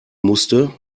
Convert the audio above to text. musste